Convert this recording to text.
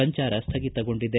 ಸಂಚಾರ ಸ್ಥಗಿತಗೊಂಡಿದೆ